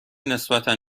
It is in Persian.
نسبتا